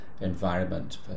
Environment